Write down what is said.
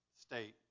state